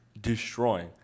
destroying